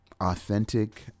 authentic